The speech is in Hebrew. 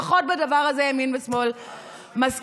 לפחות בדבר הזה ימין ושמאל מסכימים,